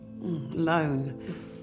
alone